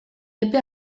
epe